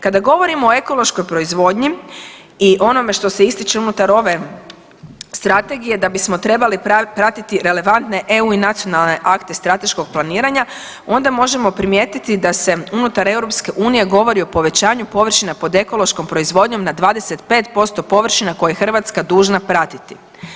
Kada govorimo o ekološkoj proizvodnji i onome što se ističe unutar ove strategije da bismo trebali pratiti relevantne EU i nacionalne akte strateškog planiranja, onda možemo primijetiti da se unutar EU govori o povećanju površina pod ekološkom proizvodnjom na 25% površina koje je Hrvatska dužna pratiti.